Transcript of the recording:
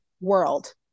world